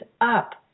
up